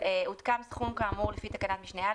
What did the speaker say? עודכן סכום כאמור לפי תקנת משנה (א),